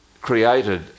created